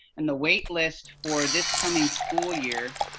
and the wait list for this coming school year,